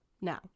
Now